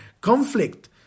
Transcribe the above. conflict